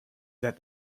that